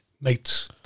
mates